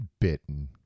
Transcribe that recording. bitten